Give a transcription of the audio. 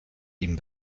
ihm